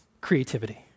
creativity